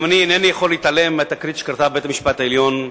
גם אני אינני יכול להתעלם מהתקרית בבית-המשפט העליון.